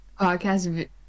podcast